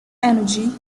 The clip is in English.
energy